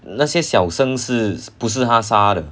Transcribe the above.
那些小生是不是他杀的